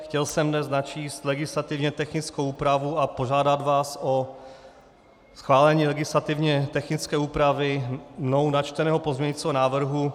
Chtěl jsem dnes načíst legislativně technickou úpravu a požádat vás o schválení legislativně technické úpravy mnou načteného pozměňujícího návrhu.